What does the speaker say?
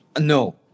No